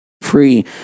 free